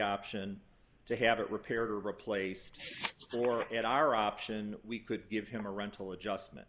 option to have it repaired or replaced still or at our option we could give him a rental adjustment